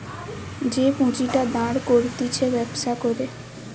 যে পুঁজিটা দাঁড় করতিছে ব্যবসা করে